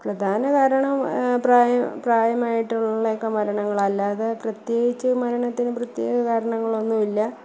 പ്രധാന കാരണം പ്രായം പ്രായമായിട്ടുള്ളവരൊക്കെ മരണങ്ങൾ അല്ലാതെ പ്രത്യേകിച്ച് മരണത്തിന് പ്രത്യേക കാരണങ്ങളൊന്നുമില്ല